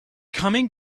coming